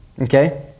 okay